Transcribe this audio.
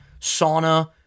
sauna